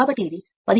కాబట్టి ఇది 15